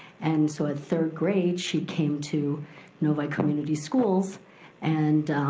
and so at third grade she came to novi community schools and